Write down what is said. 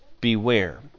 beware